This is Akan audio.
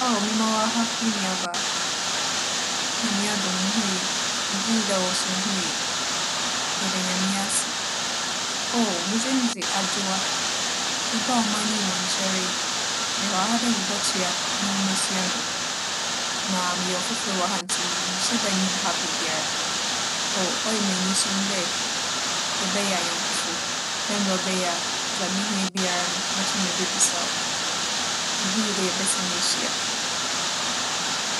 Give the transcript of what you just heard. Oh mema wo aha, me nuabaa! Nyame adom mo ho ye. Megye dzi dɛ wo so wo ho ye? Yɛda Nyame ase. Oh, me dzin dze Adwowa. Mebaa ͻman yi mu nnkyɛree. Mewͻ ha dɛ mobͻtoa mo nwomasua do na meyɛ ͻfofor wͻ ha ntsi mennhyɛ da nnyim ha beebiara. Oh, ͻyɛ me enyisom dɛ yɛbɛyɛ anyɛnkofo dɛ mbrɛ ͻbɛyɛ a dza mihia biara no motum mebebisa wo. Megye dzi dɛ yebehyia.